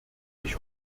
ich